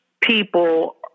people